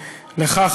לך,